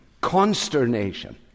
consternation